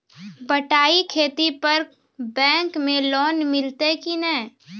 बटाई खेती पर बैंक मे लोन मिलतै कि नैय?